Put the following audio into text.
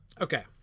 Okay